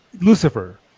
Lucifer